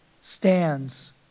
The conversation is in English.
stands